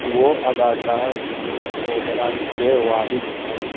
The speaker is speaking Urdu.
وہ اداکار ویویک اوبرائے کے والد ہیں